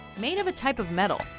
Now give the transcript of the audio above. made of a type of metal,